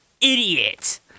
idiot